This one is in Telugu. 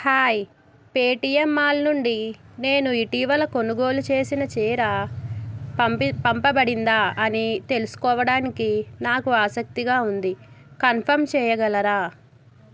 హాయ్ పేటీఎం మాల్ నుండి నేను ఇటీవల కొనుగోలు చేసిన చీర పంపబడిందా అని తెలుసుకోవడానికి నాకు ఆసక్తిగా ఉంది కన్ఫర్మ్ చేయగలరా